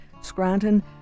Scranton